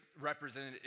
represented